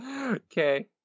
Okay